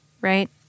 right